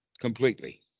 completely